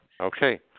Okay